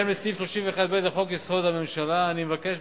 2. להעביר את